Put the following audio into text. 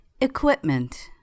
Equipment